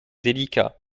délicat